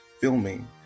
filming